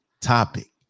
topic